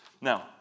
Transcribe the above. Now